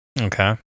Okay